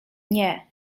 nie